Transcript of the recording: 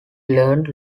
learned